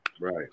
Right